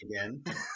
again